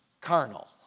carnal